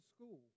school